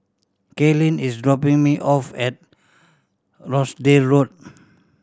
Kaylene is dropping me off at Rochdale Road